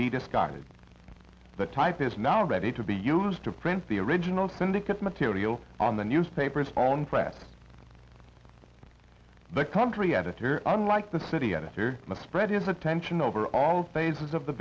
be discarded the type is now ready to be used to print the original syndicate material on the newspaper's own press the country editor unlike the city editor spread his attention over all phases of the